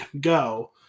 go